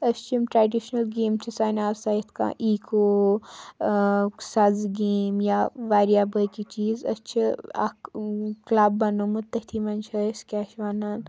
أسۍ چھِ یِم ٹرٛٮ۪ڈِشنَل گیم چھِ سانہِ آسان یِتھ کٔنۍ ایٖکو سَزٕ گیم یا واریاہ بٲقی چیٖز أسۍ چھِ اَکھ کلَب بَنوومُت تٔتھی منٛز چھِ أسۍ کیٛاہ چھِ وَنان